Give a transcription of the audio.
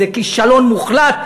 זה כישלון מוחלט,